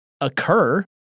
occur